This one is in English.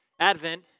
Advent